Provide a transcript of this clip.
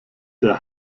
der